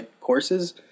courses